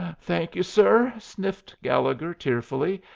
thank you, sir, sniffed gallegher, tearfully,